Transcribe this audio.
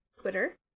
Twitter